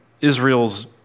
Israel's